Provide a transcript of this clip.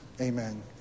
amen